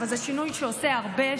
אבל זה שינוי שעושה הרבה,